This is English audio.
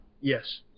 Yes